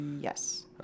Yes